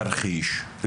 תרחיש ופתרון.